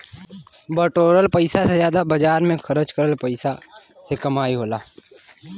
बटोरल पइसा से बाजार में खरचा कर के जादा पइसा क कमाई होला